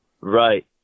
Right